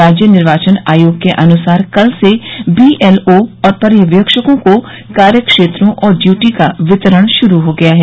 राज्य निर्वाचन आयोग के अनुसार कल से बीएलओ और पर्यवेक्षकों को कार्य क्षेत्रों और ड्यूटी का वितरण शुरू हो गया है